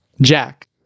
Jack